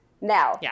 Now